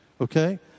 okay